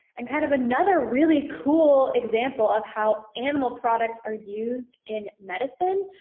and kind of another really cool example of how animal products are used in medicine